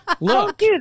Look